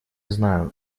знаю